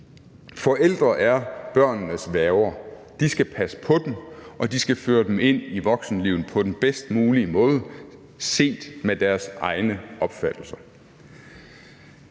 Forældre er børnenes værger. De skal passe på dem, og de skal føre dem ind i voksenlivet på den bedst mulige måde set ud fra deres egen opfattelse.